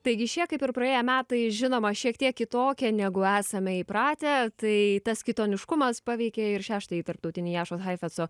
taigi šie kaip ir praėję metai žinoma šiek tiek kitokie negu esame įpratę tai tas kitoniškumas paveikė ir šeštąjį tarptautinį jašos haifetco